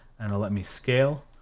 and i'll let me scale.